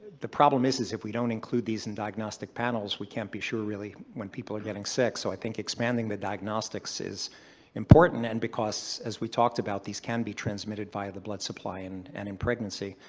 the problem is is if we don't include these in diagnostic panels we can't be sure really when people are getting sick. so i think expanding the diagnostics is important, and because as we talked about these, these can be transmitted via the blood supply and and in pregnancy.